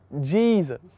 Jesus